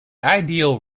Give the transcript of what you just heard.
ideal